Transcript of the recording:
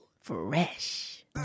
Fresh